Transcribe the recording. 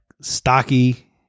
stocky